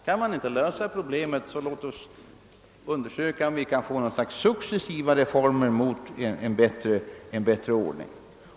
Kan man inte lösa problemen på en gång, så låt oss undersöka om vi inte genom att successivt genomföra delreformer kan åstadkomma en bättre ordning.